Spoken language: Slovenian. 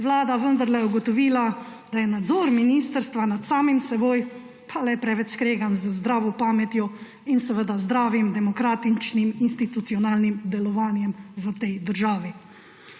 vlada vendarle ugotovila, da je nadzor ministrstva nad samim seboj pa le preveč skregan z zdravo pametjo in zdravim demokratičnim institucionalnim delovanjem v tej državi.